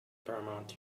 paramount